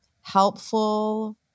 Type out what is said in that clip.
helpful